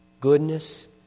goodness